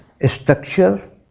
structure